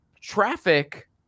traffic